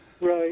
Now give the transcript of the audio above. Right